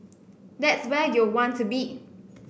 that's where you'll want to be